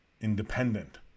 independent